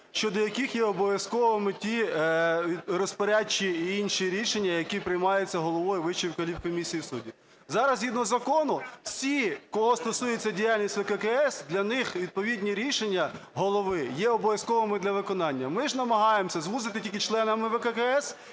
щодо яких є обов'язковими ті розпорядчі і інші рішення, які приймаються головою Вищої кваліфкомісії суддів. Зараз, згідно закону, всі, кого стосується діяльність ВККС, для них відповідні рішення голови є обов'язковими для виконання. Ми ж намагаємося звузити тільки членами ВККС